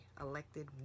elected